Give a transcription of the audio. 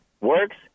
works